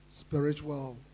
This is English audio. spiritual